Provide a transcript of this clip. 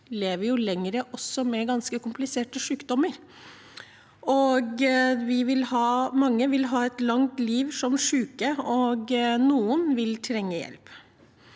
lever lenger med ganske kompliserte sykdommer. Mange vil komme til å ha et langt liv som syke, og noen vil trenge hjelp.